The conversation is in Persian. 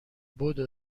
بدو